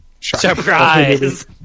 Surprise